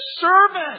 servant